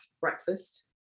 breakfast